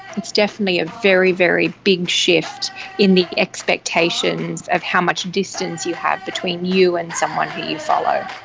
it's definitely a very, very big shift in the expectations of how much distance you have between you and someone who you follow.